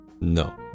no